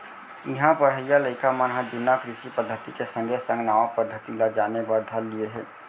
इहां पढ़इया लइका मन ह जुन्ना कृषि पद्धति के संगे संग नवा पद्धति ल जाने बर धर लिये हें